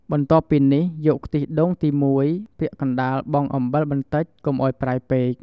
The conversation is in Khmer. បន្ទាប់ពីនេះយកខ្ទិះដូងទី១ ពាក់កណ្ដាលបង់អំបិលបន្តិច កុំឲ្យប្រៃពេក។